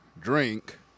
drink